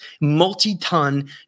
multi-ton